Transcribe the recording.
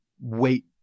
wait